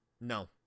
No